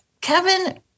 Kevin